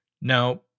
Now